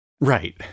Right